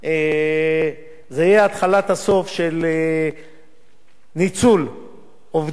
זה יהיה הסוף של ניצול עובדים